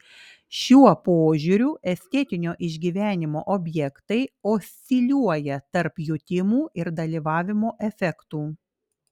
šiuo požiūriu estetinio išgyvenimo objektai osciliuoja tarp jutimų ir dalyvavimo efektų